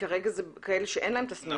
כרגע מדובר בכאלה שאין להם תסמינים.